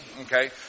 okay